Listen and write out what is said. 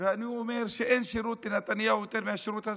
ואני אומר שאין שירות לנתניהו יותר מהשירות הזה.